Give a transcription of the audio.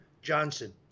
johnson